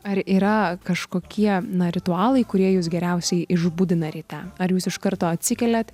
ar yra kažkokie na ritualai kurie jus geriausiai išbudina ryte ar jūs iš karto atsikeliat